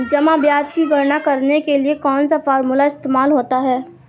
जमा ब्याज की गणना करने के लिए कौनसा फॉर्मूला इस्तेमाल होता है?